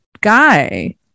guy